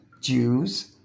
Jews